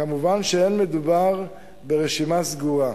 מובן שאין מדובר ברשימה סגורה,